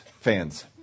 fans